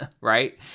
right